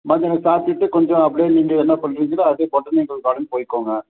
மத்தியானம் சாப்பிட்டுட்டு கொஞ்சம் அப்படியே நீங்கள் என்னப் பண்ணுறீங்கன்னா அப்படியே பொட்டானிக்கல் கார்டன் போயிக்கோங்க